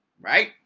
Right